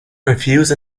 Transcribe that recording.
refuse